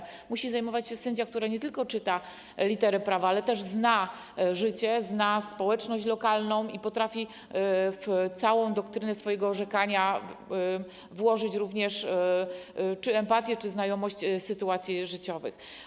Tymi sprawami musi zajmować się sędzia, który nie tylko czyta literę prawa, ale też zna życie, zna społeczność lokalną i potrafi w całą doktrynę swojego orzekania włożyć również empatię czy znajomość sytuacji życiowych.